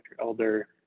Elder